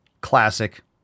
classic